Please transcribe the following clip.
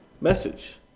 message